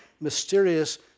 mysterious